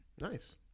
Nice